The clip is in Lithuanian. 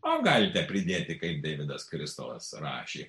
o galite pridėti kaip deividas kristalas rašė